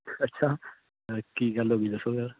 ਅੱਛਾ ਅ ਕੀ ਗੱਲ ਹੋ ਗਈ ਦੱਸੋ ਯਾਰ